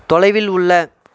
தொலைவில் உள்ள